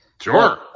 Sure